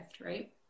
right